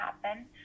happen